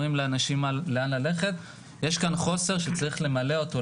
אנחנו לא אומרים לאנשים לאן ללכת ויש כאן חוסר שצריך למלא אותו.